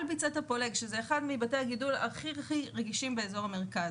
ביצת הפולג שזה אחד מבתי הגידול הכי רגישים באזור המרכז.